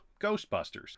Ghostbusters